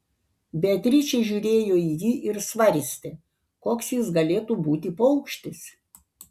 beatričė žiūrėjo į jį ir svarstė koks jis galėtų būti paukštis